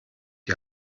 die